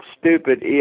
stupid